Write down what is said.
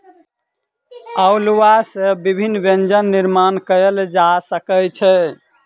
अउलुआ सॅ विभिन्न व्यंजन निर्माण कयल जा सकै छै